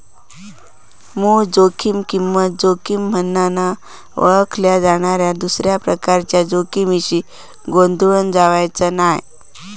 मूळ जोखीम किंमत जोखीम म्हनान ओळखल्या जाणाऱ्या दुसऱ्या प्रकारच्या जोखमीशी गोंधळून जावचा नाय